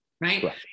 Right